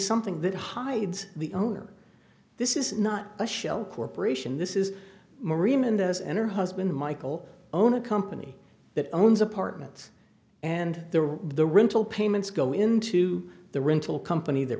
something that hides the owner this is not a shell corporation this is maureen mendez and her husband michael own a company that owns apartments and there was the rental payments go into the rental company that